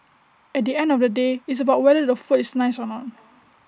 at the end of the day it's about whether the food is nice or not